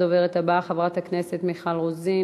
הדוברת הבאה, חברת הכנסת מיכל רוזין.